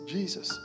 Jesus